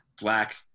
black